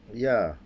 ya